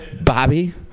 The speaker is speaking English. Bobby